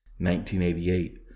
1988